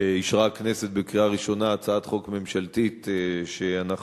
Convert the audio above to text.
אישרה הכנסת בקריאה ראשונה הצעת חוק ממשלתית שהגשנו,